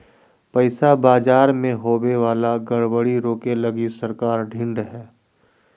पैसा बाजार मे होवे वाला गड़बड़ी रोके लगी सरकार ढृढ़ हय